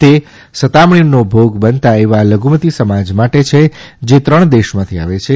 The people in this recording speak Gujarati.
તે સતામણીનો ભોગ બનતી છ એવા લધુમતી સમુદાય માટે છે જે ત્રણ દેશમાંથી આવે છે